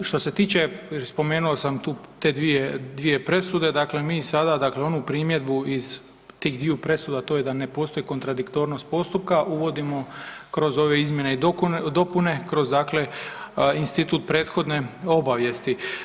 Što se tiče, spomenuo sam tu te dvije, dvije presude, dakle mi sada dakle onu primjedbu iz tih dviju presuda, a to je da ne postoji kontradiktornost postupka uvodimo kroz ove izmjene i dopune kroz dakle institut prethodne obavijesti.